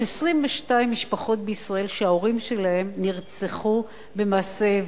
יש 22 משפחות בישראל שההורים שלהן נרצחו במעשי איבה.